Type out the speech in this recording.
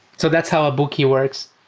so that's how a bookie works.